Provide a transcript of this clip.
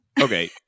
Okay